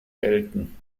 gelten